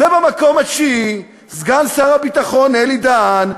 במקום התשיעי, סגן שר הביטחון אלי בן-דהן,